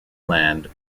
land